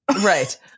Right